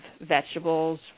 vegetables